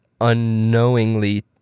unknowingly